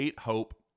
Hope